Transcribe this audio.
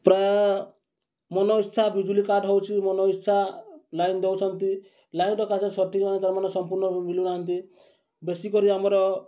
ପ୍ରାୟ ମନ ଇଚ୍ଛା ବିଜୁଲି କାର୍ଡ଼ ହଉଛି ମନ ଇଚ୍ଛା ଲାଇନ ଦଉଛନ୍ତି ଲାଇନର କାର୍ଯ୍ୟ ସଠିକ ତା'ର ମାନେ ସମ୍ପୂର୍ଣ୍ଣ ମିଳୁନାହାଁନ୍ତି ବେଶୀ କରି ଆମର